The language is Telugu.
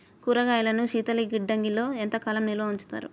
కూరగాయలను శీతలగిడ్డంగిలో ఎంత కాలం నిల్వ ఉంచుతారు?